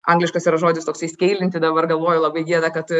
angliškas yra žodis toksai skeilinti dabar galvoju labai gėda kad